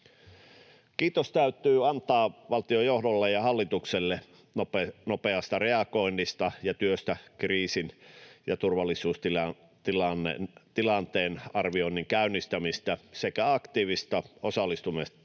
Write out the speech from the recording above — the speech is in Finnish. Kiitos täytyy antaa valtiojohdolle ja hallitukselle nopeasta reagoinnista ja työstä, kriisin ja turvallisuustilanteen arvioinnin käynnistämisestä sekä aktiivisesta osallistumisesta